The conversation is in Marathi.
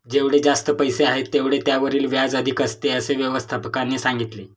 जेवढे जास्त पैसे आहेत, तेवढे त्यावरील व्याज अधिक असते, असे व्यवस्थापकाने सांगितले